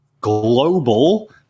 global